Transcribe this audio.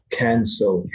cancel